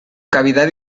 cavidad